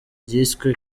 ryiswe